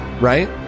right